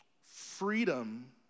freedom